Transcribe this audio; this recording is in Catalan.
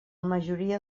majoria